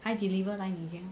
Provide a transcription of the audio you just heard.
还 deliver 来你家